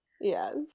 Yes